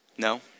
No